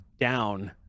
down